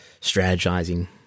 Strategizing